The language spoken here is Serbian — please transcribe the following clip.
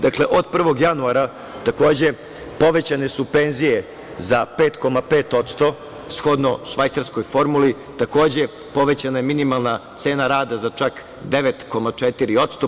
Dakle, od 1. januara povećane su penzije za 5,5% shodno švajcarskoj formuli, takođe, povećana je minimalna cena rada za čak 9,4%